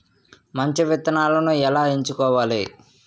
మంచి విత్తనాలను ఎలా ఎంచుకోవాలి?